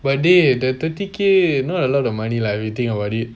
but dey the thirty K not a lot of money lah if we think about it